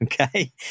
Okay